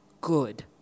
good